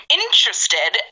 interested